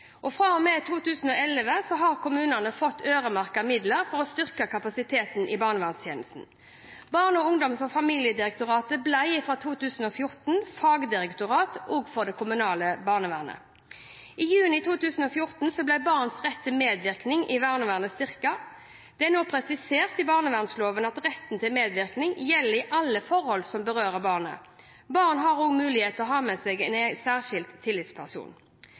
og med 2011 har kommunene fått øremerkede midler for å styrke kapasiteten i barnevernstjenestene. Barne-, ungdoms- og familiedirektoratet ble fra 2014 fagdirektorat også for det kommunale barnevernet. I juni 2014 ble barns rett til medvirkning i barnevernet styrket. Det er nå presisert i barnevernsloven at retten til medvirkning gjelder i alle forhold som berører barnet. Barn har også mulighet til å ha med seg en særskilt tillitsperson.